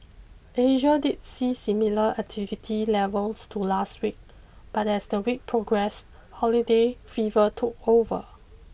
Asia did see similar activity levels to last week but as the week progressed holiday fever took over